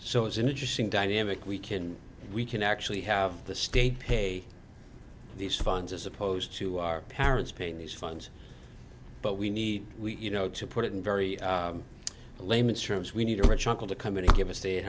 so it's an interesting dynamic we can we can actually have the state pay these funds as opposed to our parents paying these funds but we need you know to put it in very layman's terms we need a rich uncle to come in and give us the